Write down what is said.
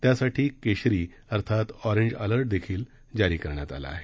त्यासाठी केशरी अर्थात ऑरेज अलर्ट देखील जारी करण्यात आला आहे